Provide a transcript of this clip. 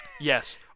Yes